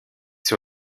sur